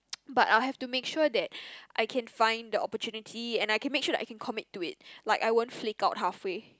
but I'll have to make sure that I can find the opportunity and I can make sure I can commit to it like I won't flake out halfway